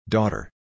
Daughter